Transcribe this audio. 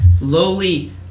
lowly